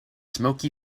smokey